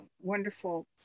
wonderful